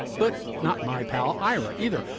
but not my pal ira either.